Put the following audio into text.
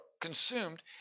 consumed